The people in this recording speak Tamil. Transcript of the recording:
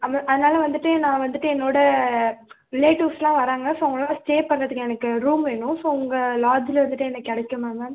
அதனால் வந்துட்டு நான் வந்துட்டு என்னோட ரிலேட்டிவ்ஸ்லாம் வராங்க ஸோ அவங்கள்லாம் ஸ்டே பண்றதுக்கு எனக்கு ரூம் வேணும் ஸோ உங்கள் லாட்ஜில் இருந்துட்டே எனக்கு கிடைக்குமா மேம்